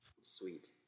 Sweet